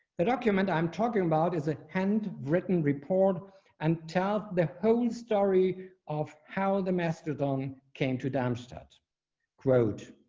the document. i'm talking about is a hand written report and tell the whole story of how the mastodon came to them start quote